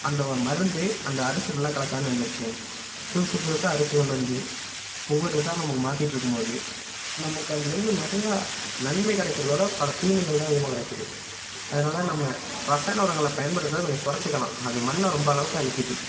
அந்த மருந்து அந்த அரிசி ஃபுல்லாக கலக்காதுனு என்ன நிச்சயம் புதுசு புதுசாக அரிசி கொண்டு வந்து ஒவ்வொரு இதாக நமக்கு மாற்றிட்டுருக்கும் போது நமக்கு அதுலேயிருந்து நிறைய நன்மை கிடைக்குறதோட பல தீமைகள் தான் அதிகமாக கிடைக்குது அதனால நம்ம ரசாயன உரங்கள பயன்படுத்துகிறத கொஞ்சம் குறச்சிக்கலாம் அது மண்ணை ரொம்ப அளவுக்கு அழிக்குது